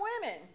women